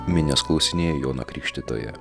minios klausinėjo joną krikštytoją